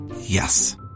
yes